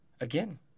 again